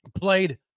played –